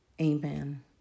Amen